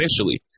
initially